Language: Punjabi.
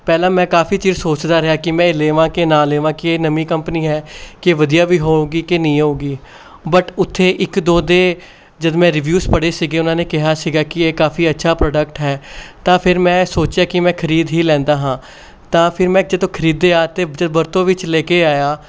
ਪਹਿਲਾਂ ਮੈਂ ਕਾਫ਼ੀ ਚਿਰ ਸੋਚਦਾ ਰਿਹਾ ਕਿ ਮੈਂ ਇਹ ਲਵਾਂ ਕਿ ਨਾ ਲਵਾਂ ਕਿ ਇਹ ਨਵੀਂ ਕੰਪਨੀ ਹੈ ਕਿ ਵਧੀਆ ਵੀ ਹੋਵੇਗੀ ਕਿ ਨਹੀਂ ਹੋਵੇਗੀ ਬਟ ਉੱਥੇ ਇੱਕ ਦੋ ਦੇ ਜਦੋਂ ਮੈਂ ਰਿਵਿਊਜ਼ ਪੜ੍ਹੇ ਸੀਗੇ ਉਹਨਾਂ ਨੇ ਕਿਹਾ ਸੀਗਾ ਕਿ ਇਹ ਕਾਫ਼ੀ ਅੱਛਾ ਪ੍ਰੋਡਕਟ ਹੈ ਤਾਂ ਫਿਰ ਮੈਂ ਸੋਚਿਆ ਕਿ ਮੈਂ ਖਰੀਦ ਹੀ ਲੈਂਦਾ ਹਾਂ ਤਾਂ ਫਿਰ ਮੈਂ ਜਦੋਂ ਖਰੀਦਿਆ ਅਤੇ ਵਰਤੋਂ ਵਿੱਚ ਲੈ ਕੇ ਆਇਆ